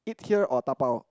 eat here or dabao